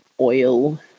oil